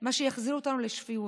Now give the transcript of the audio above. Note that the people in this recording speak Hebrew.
מה שיחזיר אותנו לשפיות.